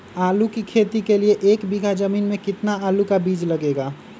आलू की खेती के लिए एक बीघा जमीन में कितना आलू का बीज लगेगा?